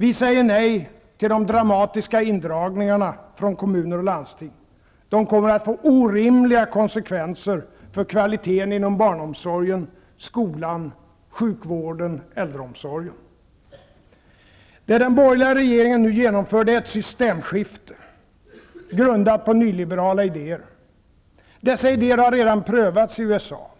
Vi säger nej till de dramatiska indragningarna från kommuner och landsting. De kommer att få orimliga konsekvenser för kvaliteten inom barnomsorgen, skolan, sjukvården och äldreomsorgen. Det den borgerliga regeringen nu genomför är ett systemskifte, grundat på nyliberala idéer. Dessa idéer har redan prövats i USA.